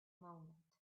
moment